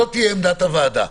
זו תהיה עמדת הוועדה.